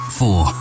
four